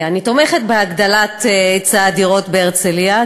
אני תומכת בהגדלת היצע הדירות בהרצליה,